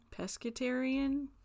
Pescatarian